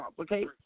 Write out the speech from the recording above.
Okay